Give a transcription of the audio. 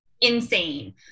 insane